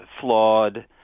flawed